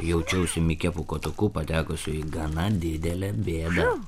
jaučiausi mike pūkuotuku patekusiu į gana didelę bėdą